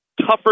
tougher